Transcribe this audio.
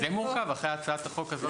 זה מורכב אחרי הצעת החוק הזאת?